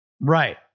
Right